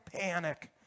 panic